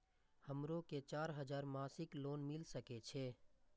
हमरो के चार हजार मासिक लोन मिल सके छे?